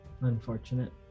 unfortunate